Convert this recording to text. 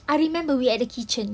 I remember we at the kitchen